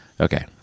okay